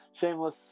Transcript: Shameless